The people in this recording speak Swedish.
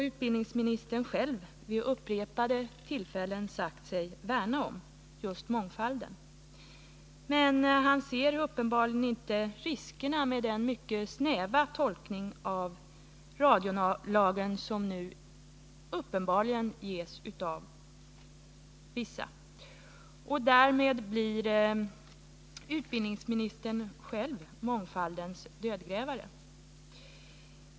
Utbildningsministern har också vid upprepade tillfällen sagt sig värna om just mångfalden. Men han ser uppenbarligen inte riskerna med den mycket snäva tolkning av radiolagen som nu görs på vissa håll. Därmed blir utbildningsministern själv mångfaldens dödgrävare.